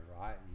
right